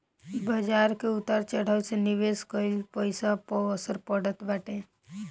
बाजार के उतार चढ़ाव से निवेश कईल पईसा पअ असर पड़त बाटे